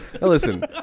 Listen